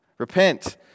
Repent